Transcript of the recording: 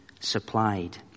Supplied